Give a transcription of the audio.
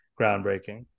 groundbreaking